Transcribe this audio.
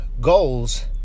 goals